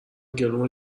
گلومو